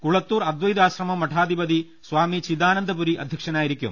കുളത്തൂർ അദ്വൈതാശ്രമം മഠാധിപതി സ്വാമി ചിദാനന്ദപുരി അധ്യക്ഷനായിരിക്കും